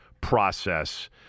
process